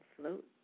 float